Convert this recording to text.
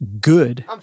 good